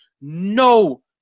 no